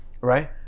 Right